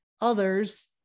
others